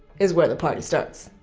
is where the party starts.